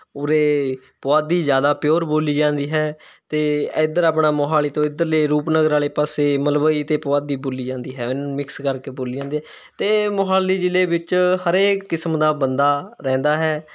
ਉਰੇ ਪੁਆਧੀ ਜ਼ਿਆਦਾ ਪਿਓਰ ਬੋਲੀ ਜਾਂਦੀ ਹੈ ਅਤੇ ਇੱਧਰ ਆਪਣਾ ਮੋਹਾਲੀ ਤੋਂ ਇੱਧਰਲੇ ਰੂਪਨਗਰ ਵਾਲੇ ਪਾਸੇ ਮਲਵਈ ਅਤੇ ਪੁਆਧੀ ਬੋਲੀ ਜਾਂਦੀ ਹੈ ਮਿਕਸ ਕਰਕੇ ਬੋਲੀ ਜਾਂਦੇ ਅਤੇ ਮੋਹਾਲੀ ਜ਼ਿਲ੍ਹੇ ਵਿੱਚ ਹਰੇਕ ਕਿਸਮ ਦਾ ਬੰਦਾ ਰਹਿੰਦਾ ਹੈ